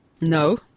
no